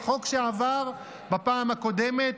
בחוק שעבר בפעם הקודמת,